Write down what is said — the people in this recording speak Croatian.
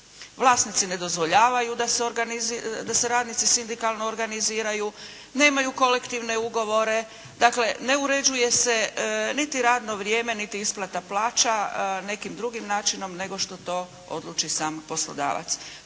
vlasnici ne dozvoljavaju da se radnici sindikalno organiziraju, nemaju kolektivne ugovore, dakle ne uređuje se niti radno vrijeme niti isplata plaća nekim drugim načinom, nego što to odluči sam poslodavac.